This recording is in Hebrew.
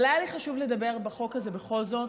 אבל היה לי חשוב לדבר בחוק הזה בכל זאת,